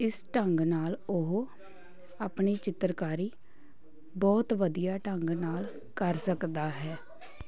ਇਸ ਢੰਗ ਨਾਲ ਉਹ ਆਪਣੀ ਚਿੱਤਰਕਾਰੀ ਬਹੁਤ ਵਧੀਆ ਢੰਗ ਨਾਲ ਕਰ ਸਕਦਾ ਹੈ